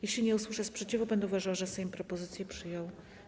Jeśli nie usłyszę sprzeciwu, będę uważała, że Sejm propozycję przyjął.